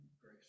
grace